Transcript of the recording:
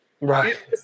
Right